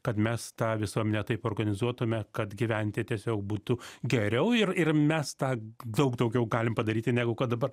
kad mes tą visuomenę taip organizuotume kad gyventi tiesiog būtų geriau ir ir mes tą daug daugiau galim padaryti negu kad dabar